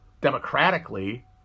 democratically